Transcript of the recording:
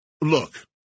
look